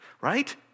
Right